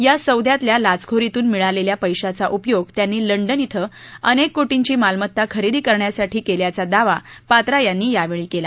या सौद्यातल्या लाचखोरीतून मिळालेल्या पैशाचा उपयोग त्यांनी लंडन इथं अनेक कोटींची मालमत्ता खेरदी करण्यासाठी केल्याचा दावा पात्रा यांनी यावेळी केला